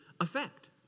effect